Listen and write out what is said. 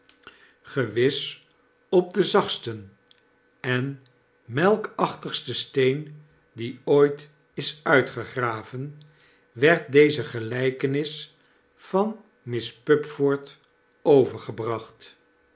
gewis op den zachtsten en melkachtigsten steen die ooit is uitgegraven werd deze gelykenis van miss pupford overgebracht